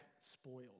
spoiled